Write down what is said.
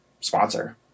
sponsor